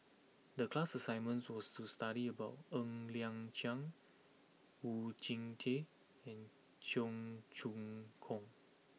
the class assignment was to study about Ng Liang Chiang Oon Jin Teik and Cheong Choong Kong